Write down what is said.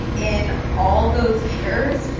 in all those years,